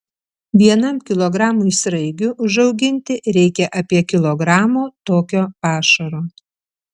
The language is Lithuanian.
vienam kilogramui sraigių užauginti reikia apie kilogramo tokio pašaro